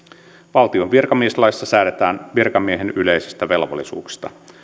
valtion virkamieslaissa säädetään virkamiehen yleisistä velvollisuuksista